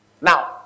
Now